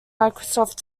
microsoft